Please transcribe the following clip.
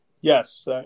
Yes